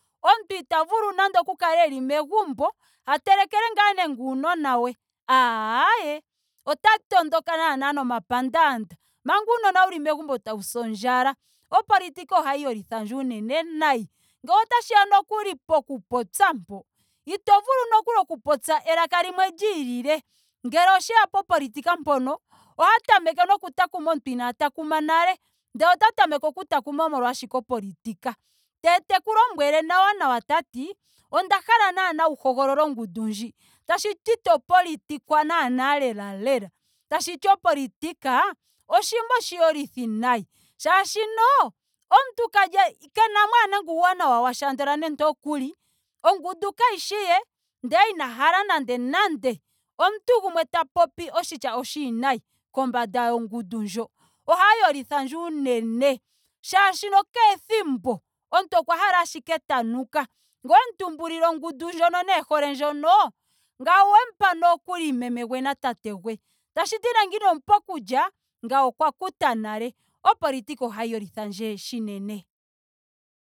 Omuntu ita vulu nando oku kala eli megumbo a telekele ngaa nando uunona we. Aayee ota tondoka naana nomapandanda manga uunona wuli megumbo tau si ondjala. Opolitika ohayi yolithandje unene nayi. Ngele otashiya nokuli poku popya mpo. ito vulu nokuli oku popya elaka limwe liilile ngele osheya popolitika mpono. ohaya tameke noku takuma omuntu inaa takuma nale. Ndele ota tameke oku takuma molwa ashike opolitika. Ndele teku lombwele nawa nawa tati onda hala naana wu hogolole ongundu ndji. Tshiti to politikwa naana lela lela. Tashiti opolitika oshinima oshiyolithi nayi. Shaashino omuntu kali en- kenamo nando uuwanawa washa andola nokuli. Ongundu kayishi ye ndele ina hala nande nande omuntu gumwe ta popi oshitya oshiiwinayi kombanda yongundu ndjo. Ohaya yolithandje unene. Shaashino kehe ethimbo omuntu okwa hala ashike ta nuka. Ngele owemu tumbulile ongundu ndjono nee e hole ndjono. ngawo owemu pa nokuli meme gwe na tate gwe. Tashiti nenge inomu pa oku lya. ngawo okwa kuta nale. Opolitika ohayi yolithandje unene.